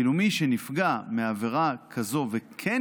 ואילו מי נפגע עבירת התעללות או תקיפה מינית,